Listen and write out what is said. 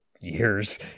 years